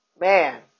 man